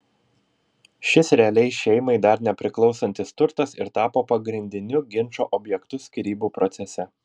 šis realiai šeimai dar nepriklausantis turtas ir tapo pagrindiniu ginčo objektu skyrybų procese